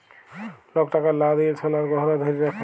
lock টাকার লা দিঁয়ে সলার গহলা ধ্যইরে রাখে